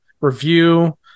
review